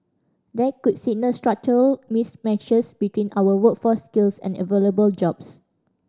that could signal structural mismatches between our workforce skills and available jobs